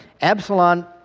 Absalom